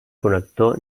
connector